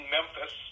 Memphis